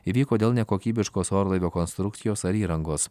įvyko dėl nekokybiškos orlaivio konstrukcijos ar įrangos